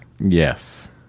Yes